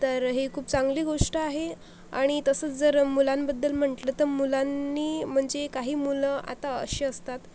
तर हे खूप चांगली गोष्ट आहे आणि तसंच जर मुलांबद्दल म्हटलं तर मुलांनी म्हणजे काही मुलं आता अशी असतात